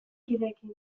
kideekin